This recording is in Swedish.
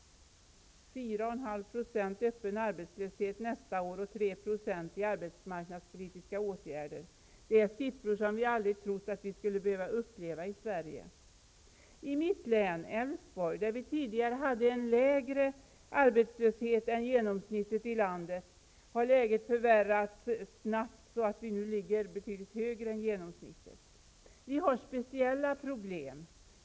4,5 % öppen arbetslöshet nästa år och 3 % i arbetsmarknadspolitiska åtgärder är siffror som vi aldrig trodde att vi skulle behöva uppleva i Sverige. I mitt hemlän -- Älvsborg -- där vi tidigare hade en lägre arbetslöshet än genomsnittet i landet har läget förvärrats snabbt, så att vi nu ligger betydligt högre än genomsnittet. Vi har speciella problem.